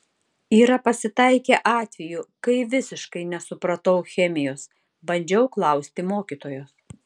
yra pasitaikę atvejų kai visiškai nesupratau chemijos bandžiau klausti mokytojos